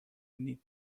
need